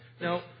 Now